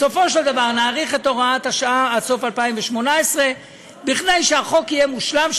בסופו של דבר נאריך את הוראת השעה עד סוף 2018 כדי שהחוק יהיה מושלם,